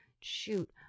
shoot